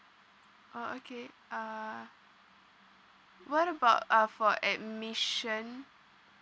orh okay uh what about uh for admission